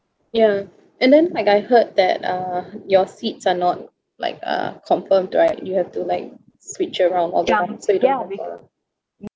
ya and then like I heard that uh your seats are not like uh confirmed right you have to like switch around all the time so you don't have a